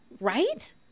Right